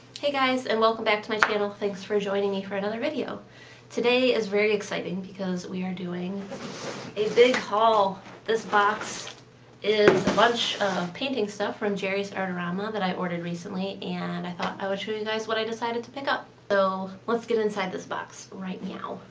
hey guys and welcome back to my channel thanks for joining me for another video today is very exciting because we are doing a big haul this box is a bunch of painting stuff from jerry's artarama that i ordered recently and i thought i would show you guys what i decided to pick up so, let's get inside this box right meow.